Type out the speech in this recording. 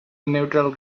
neutral